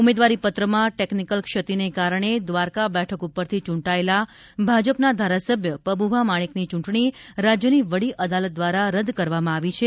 ઉમેદવારીપત્રમાં technical ક્ષતિને કારણે દ્વારકા બેઠક ઉપરથી ચૂંટાયેલા ભાજપના ધારાસભ્ય પબુભા માર્જોકની ચૂંટણી રાજ્યની વડી અદાલત દ્વારા રદ્દ કરવામાં આવી છે